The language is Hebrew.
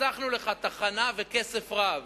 חסכנו לך תחנה וכסף רב,